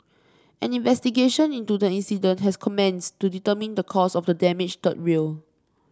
an investigation into the incident has commenced to determine the cause of the damaged third rail